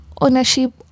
ownership